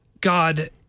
God